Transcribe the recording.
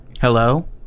hello